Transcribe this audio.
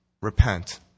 repent